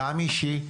גם אישי,